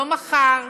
לא מחר,